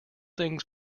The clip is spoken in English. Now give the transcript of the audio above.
things